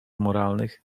moralnych